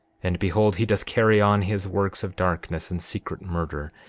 and behold, he doth carry on his works of darkness and secret murder,